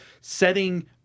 setting